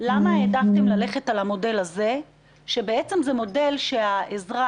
למה העדפתם ללכת על המודל הזה שהוא מודל שאזרח,